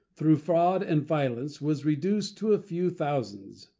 through fraud and violence, was reduced to a few thousands,